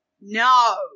No